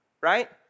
right